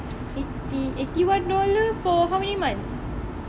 eighty one dollars for how many months